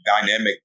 dynamic